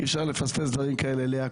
אי-אפשר לפספס דברים כאלה, לאה.